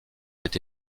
été